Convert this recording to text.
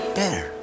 better